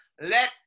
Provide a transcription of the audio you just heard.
let